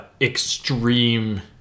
extreme